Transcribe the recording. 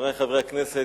חברי חברי הכנסת,